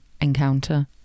encounter